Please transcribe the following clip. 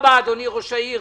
אדוני ראש העיר.